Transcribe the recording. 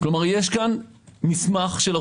יש פה מסמך של ערבויות.